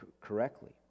correctly